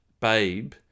babe